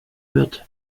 wird